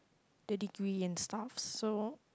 the degree and stuff so